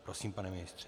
Prosím, pane ministře.